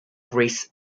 greece